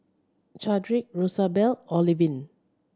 Chadrick Rosabelle Olivine